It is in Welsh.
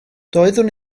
doeddwn